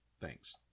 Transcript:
Thanks